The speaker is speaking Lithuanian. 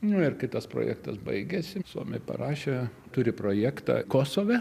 nu ir kai tas projektas baigėsi suomiai parašė turi projektą kosove